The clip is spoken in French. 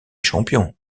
champion